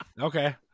okay